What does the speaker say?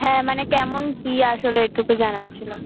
হ্যাঁ মানে কেমন কী আসলে এইটুকু জানার ছিলো